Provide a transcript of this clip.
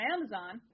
Amazon